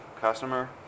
customer